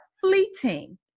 fleeting